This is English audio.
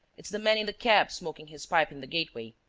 it's the man in the cap smoking his pipe in the gateway.